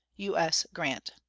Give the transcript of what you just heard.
u s. grant.